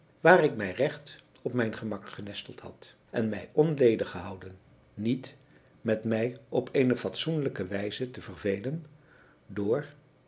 waar ik mij recht op mijn gemak genesteld had en mij onledig gehouden niet met mij op eene fatsoenlijke wijze te vervelen door